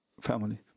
family